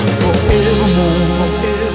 forevermore